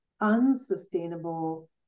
unsustainable